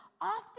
often